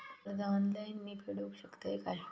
कर्ज ऑनलाइन मी फेडूक शकतय काय?